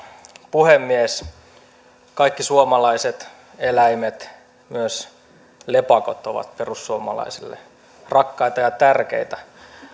puhemies kaikki suomalaiset eläimet myös lepakot ovat perussuomalaisille rakkaita ja tärkeitä